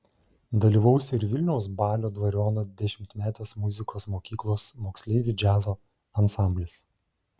dalyvaus ir vilniaus balio dvariono dešimtmetės muzikos mokyklos moksleivių džiazo ansamblis